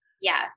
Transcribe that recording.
Yes